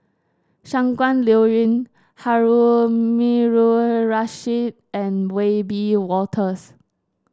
Shangguan Liuyun Harun and Wiebe Wolters